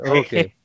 okay